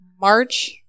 March